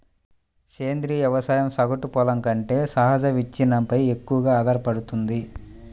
సేంద్రీయ వ్యవసాయం సగటు పొలం కంటే సహజ విచ్ఛిన్నంపై ఎక్కువగా ఆధారపడుతుంది